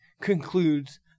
concludes